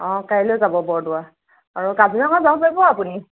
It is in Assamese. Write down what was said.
অ কাইলৈ যাব বৰদোৱা আৰু কাজিৰঙা যাব পাৰিব আপুনি